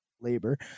labor